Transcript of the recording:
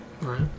Right